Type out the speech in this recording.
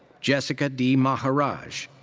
jessica d. maharaj.